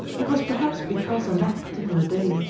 it was perhaps because, on that particular day,